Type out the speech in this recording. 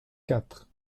quatre